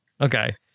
okay